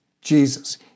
Jesus